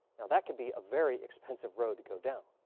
now, that could be a very expensive road to go down.